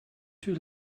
too